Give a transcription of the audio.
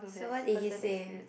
so what did he say